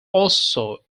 also